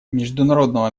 международного